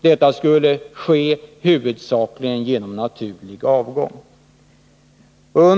Detta skulle ske huvudsakligen genom naturlig avgång.